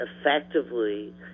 effectively